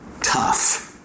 tough